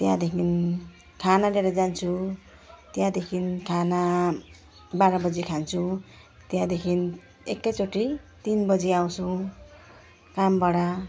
त्यहाँदेखिन् खाना दिएर जान्छु त्यहाँदेखिन् खाना बाह्र बजी खान्छु त्यहाँदेखिन् एकैचोटि तिन बजी आउँछु कामबाट